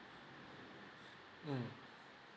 mm